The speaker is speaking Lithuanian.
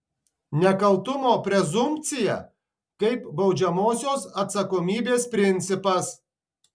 nekaltumo prezumpcija kaip baudžiamosios atsakomybės principas